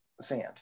sand